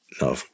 No